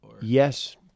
Yes